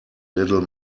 little